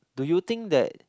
do you think that